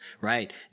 right